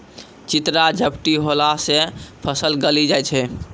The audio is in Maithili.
चित्रा झपटी होला से फसल गली जाय छै?